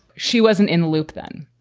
she wasn't in the loop then,